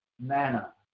manna